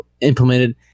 implemented